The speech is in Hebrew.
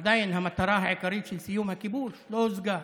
עדיין המטרה העיקרית של סיום הכיבוש לא הושגה,